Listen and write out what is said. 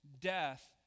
death